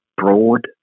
broad